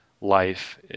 life